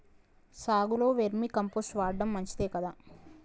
సాగులో vermicompost వాడటం మంచిదే కదా?